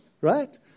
right